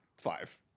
five